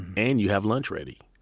and you have lunch ready.